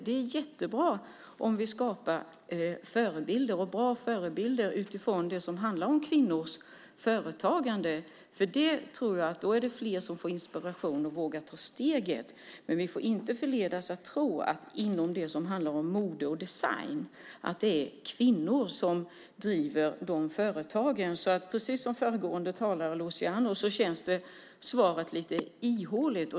Det är jättebra om vi skapar förebilder och bra förebilder utifrån det som handlar om kvinnors företagande, för då tror jag att det är fler som får inspiration och vågar ta steget. Men vi får inte förledas att tro att det är kvinnor som driver företagen inom det som handlar om mode och design. Jag tycker precis som föregående talare, Luciano, att svaret känns lite ihåligt.